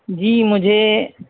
جی مجھے